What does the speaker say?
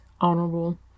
honorable